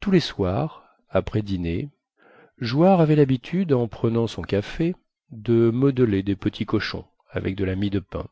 tous les soirs après dîner jouard avait lhabitude en prenant son café de modeler des petits cochons avec de la mie de pain